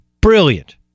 Brilliant